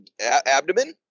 abdomen